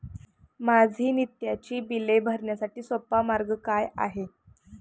माझी नित्याची बिले भरण्यासाठी सोपा मार्ग काय आहे?